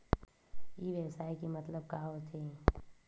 ई व्यवसाय के मतलब का होथे?